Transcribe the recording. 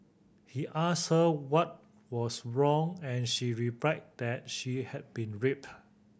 he asked her what was wrong and she replied that she had been raped